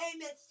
Amen